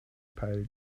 pile